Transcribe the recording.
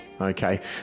okay